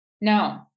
No